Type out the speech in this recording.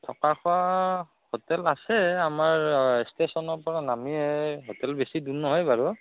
থকা খোৱা হোটেল আছে আমাৰ ষ্টেচনৰ পৰা নামিয়ে হোটেল বেছি দূৰ নহয় বাৰু